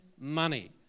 money